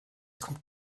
kommt